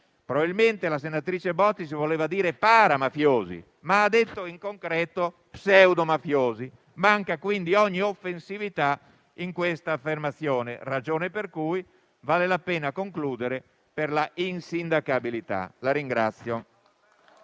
Probabilmente la senatrice Bottici voleva dire para mafiosi, ma, in concreto, ha detto pseudo mafiosi. Manca, quindi, ogni offensività in tale affermazione. Ragion per cui vale la pena concludere per la insindacabilità.